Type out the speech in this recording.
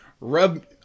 rub